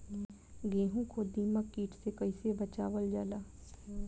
गेहूँ को दिमक किट से कइसे बचावल जाला?